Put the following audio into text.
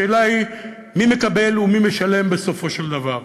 השאלה היא מי מקבל ומי משלם, בסופו של דבר.